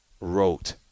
wrote